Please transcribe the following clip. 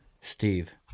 Steve